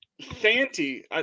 Santi